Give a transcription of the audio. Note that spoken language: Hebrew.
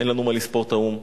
אין לנו מה לספור את האו"ם.